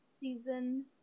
season